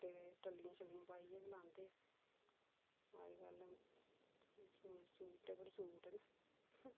फट्टे दे टल्ली छल्लियां लाइयै बी पांदे हे अज्जकल सूटे पर सूट न